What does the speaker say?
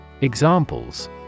Examples